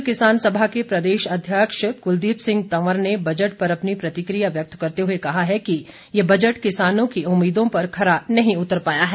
हिमाचल किसान सभा के प्रदेश अध्यक्ष कुलदीप सिंह तंवर ने बजट पर अपनी प्रतिक्रिया व्यक्त करते हुए कहा है कि ये बजट किसानों की उम्मीदों पर खरा नही उतर पाया है